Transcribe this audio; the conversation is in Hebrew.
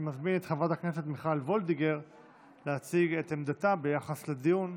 אני מזמין את חברת הכנסת מיכל וולדיגר להציג את עמדתה ביחס לדיון.